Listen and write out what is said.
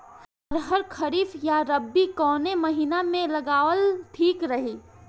अरहर खरीफ या रबी कवने महीना में लगावल ठीक रही?